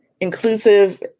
inclusive